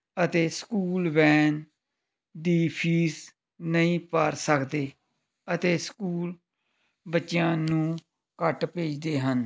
ਅਤੇ school van ਦੀ fees ਨਹੀਂ ਭਰ ਸਕਦੇ ਅਤੇ ਸਕੂਲ ਬੱਚਿਆਂ ਨੂੰ ਘੱਟ ਭੇਜਦੇ ਹਨ